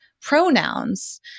pronouns